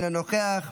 אינו נוכח,